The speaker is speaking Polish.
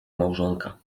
małżonka